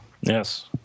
yes